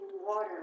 water